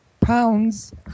pounds